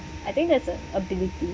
I think that's a ability